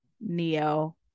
Neo